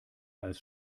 als